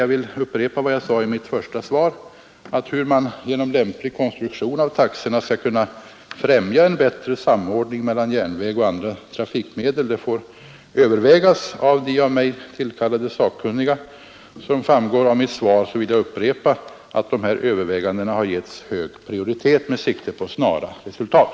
Jag vill upprepa vad jag sade i mitt första svar, att hur man genom lämplig konstruktion av taxorna skall kunna främja en bättre samordning mellan järnvägen och andra trafikmedel får övervägas av de av mig tillkallade sakkunniga. Som framgår av svaret har de här övervägandena getts hög prioritet med sikte på snara resultat.